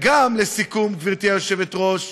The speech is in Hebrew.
לסיכום, גברתי היושבת-ראש,